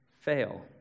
fail